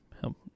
help